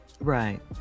right